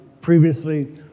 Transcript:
previously